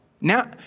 Now